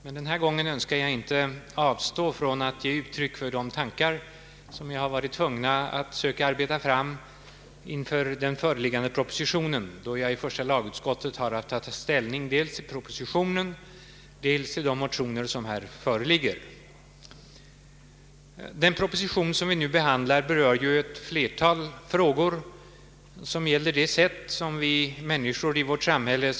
Men den här gången önskar jag inte avstå från att ge uttryck för de tankar, som jag har varit tvungen att försöka arbeta fram inför den föreliggande propositionen, då jag i första lagutskottet haft att ta ställning dels till propositionen, dels till de motioner som föreligger. Den proposition vi nu behandlar berör ju ett flertal frågor som gäller samlevnadssättet mellan oss människor i dagens samhälle.